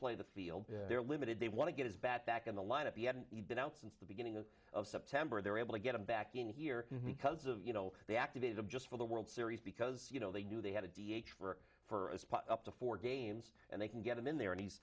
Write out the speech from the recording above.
play the field they're limited they want to get his bat back in the lineup he hadn't been out since the beginning of september they're able to get him back in here because of you know the activities of just for the world series because you know they knew they had a d h for for a spot up to four games and they can get him in there and he's